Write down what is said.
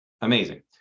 Amazing